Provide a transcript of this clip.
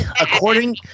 according